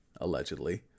allegedly